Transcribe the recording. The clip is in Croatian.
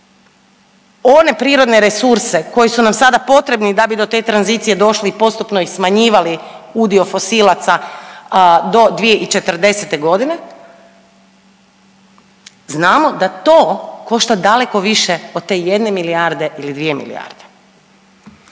one prirodne resurse koji su nam sada potrebni da bi do te tranzicije došli i postupno ih smanjivali udio fosilaca do 2040. godine. Znamo da to košta daleko više od te jedne milijarde ili dvije milijarde.